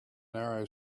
narrow